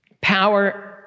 power